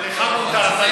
לך מותר.